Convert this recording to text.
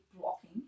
blocking